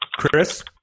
Chris